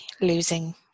losing